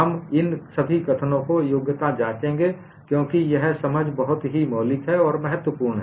हम इन सभी कथनों को योग्यता जाँचेंगें क्योंकि यह समझ बहुत ही मौलिक है और यह महत्वपूर्ण है